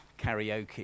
Karaoke